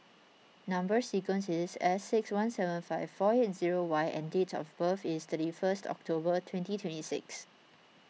Number Sequence is S six one seven five four eight zero Y and date of birth is thirty first October twenty twenty six